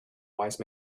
wise